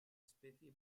especie